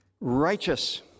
righteous